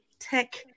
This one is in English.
tech